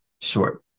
short